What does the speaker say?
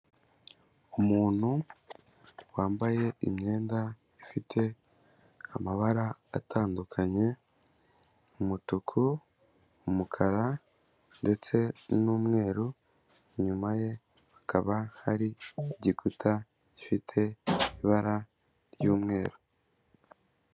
Umuntu wambaye imyenda ifite amabara atandukanye umutuku, umukara ndetse n'umweru, inyuma ye hakaba hari igikuta gifite ibara ry'umweru.